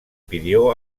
pidió